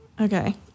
Okay